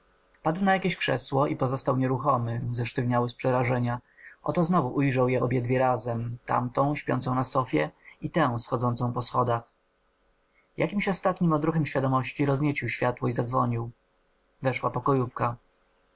padł na jakieś krzesło i pozostał nieruchomy zesztywniały z przerażenia oto znowu ujrzał je obiedwie razem tamtą śpiącą na sofie i tę schodzącą po schodach jakimś ostatnim odruchem świadomości rozniecił światło i zadzwonił weszła pokojówka